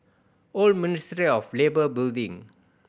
Old Ministry of Labour Building